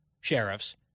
sheriffs